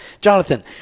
Jonathan